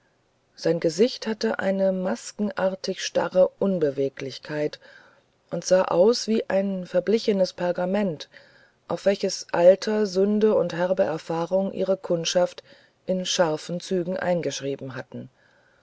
sein gesicht hatte eine maskenartig starre unbeweglichkeit und sah aus wie ein verblichenes pergament auf welches alter sünde und herbe erfahrung ihre kundschaft in scharfen zügen eingeschrieben hatten